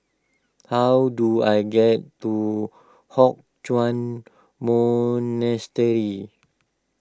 how do I get to Hock Chuan Monastery